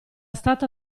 stata